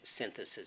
synthesis